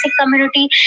community